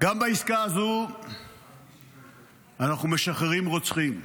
גם בעסקה הזאת אנחנו משחררים רוצחים.